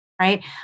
right